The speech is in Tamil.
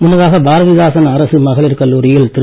முன்னதாக பாரதிதாசன் அரசு மகளிர் கல்லூரியில் திரு